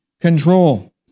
control